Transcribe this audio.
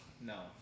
No